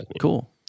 Cool